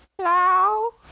Hello